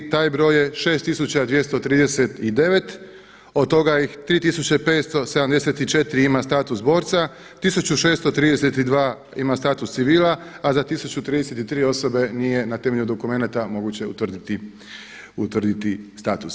Taj broj je 6239, od toga ih 3574 ima status borca, 1632 ima status civila a za 1033 osobe nije na temelju dokumenata nije moguće utvrditi status.